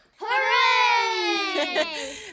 Hooray